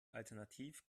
alternativ